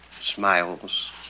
Smiles